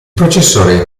processore